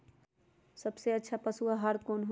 सबसे अच्छा पशु आहार कोन हई?